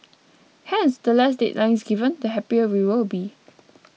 hence the less deadlines given the happier we will be